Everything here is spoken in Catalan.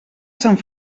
sant